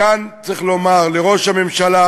מכאן צריך לומר לראש הממשלה